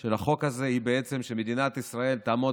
של החוק הזה היא בעצם שמדינת ישראל תעמוד